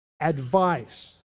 advice